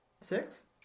six